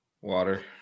Water